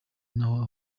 naho